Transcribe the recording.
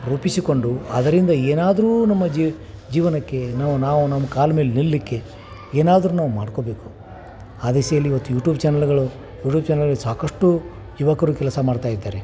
ರೂಪಿಸಿಕೊಂಡು ಅದರಿಂದ ಏನಾದರೂ ನಮ್ಮ ಜೀವನಕ್ಕೆ ನಾವು ನಾವು ನಮ್ಮ ಕಾಲ ಮೇಲೆ ನಿಲ್ಲಲ್ಲಿಕ್ಕೆ ಏನಾದರೂ ನಾವು ಮಾಡ್ಕೊಬೇಕು ಆ ದೆಸೆಯಲ್ಲಿ ಇವತ್ತು ಯೂಟೂಬ್ ಚಾನಲ್ಗಳು ಯೂಟೂಬ್ ಚಾನಲ್ಲು ಸಾಕಷ್ಟು ಯುವಕರು ಕೆಲಸ ಮಾಡ್ತಾ ಇದ್ದಾರೆ